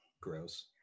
Gross